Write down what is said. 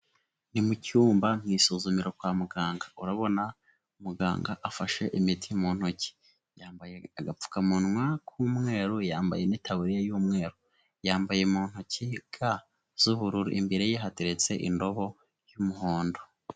Ni mu cyumba mu isuzumira kwa muganga, urabona muganga afashe imiti mu ntoki, yambaye agapfukamunwa k'umweru, yambaye n'itaburiya y'umweru, yambaye mu ntoki ga z'ubururu, imbere ye hateretse indobo y'umuhondo.